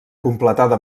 completada